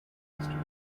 mysteries